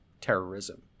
terrorism